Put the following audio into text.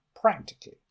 practically